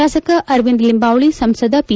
ಶಾಸಕ ಅರವಿಂದ ಲಿಂಬಾವಳಿ ಸಂಸದ ಪಿ